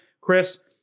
Chris